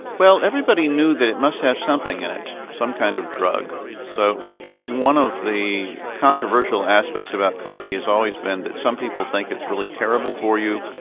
well everybody knew that it must have something in it, some kind of drug, so one of the controversial aspects of that coffee has always been some people think it's really terrible for you,